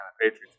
Patriots